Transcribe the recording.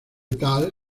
tal